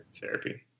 therapy